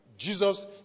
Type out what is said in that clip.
Jesus